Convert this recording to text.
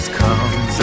comes